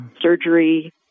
surgery